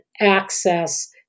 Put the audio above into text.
access